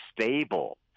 stable